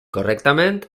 correctament